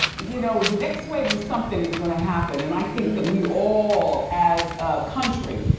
you know the next wave of something is gonna happen and i think we all, as a country,